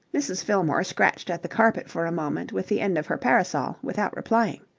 mrs. fillmore scratched at the carpet for a moment with the end of her parasol without replying.